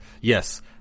yes